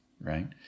right